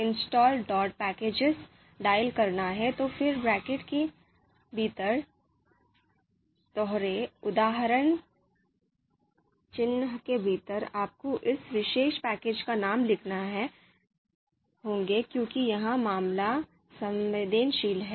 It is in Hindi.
Installpackages 'टाइप करना होगा और फिर कोष्ठक के भीतर दोहरे उद्धरण चिह्नों के भीतर आपको इस विशेष पैकेज का नाम लिखना होगा क्योंकि यह मामला संवेदनशील है